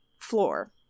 floor